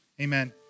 amen